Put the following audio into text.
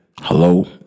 hello